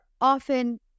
often